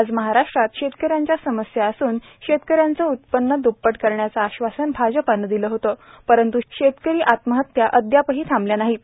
आज महाराष्ट्रात शेतकऱ्यांच्या समस्या असून शेतकऱ्यांचं उत्पन्न दुप्पट करण्याचं आश्वासन भाजपानं दिलं होतं परंतु शेतकरी आपत्त्या अद्यापही थांबल्या नाहीत